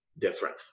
different